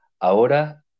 ahora